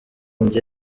njye